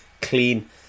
clean